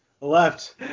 left